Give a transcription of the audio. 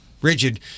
rigid